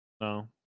No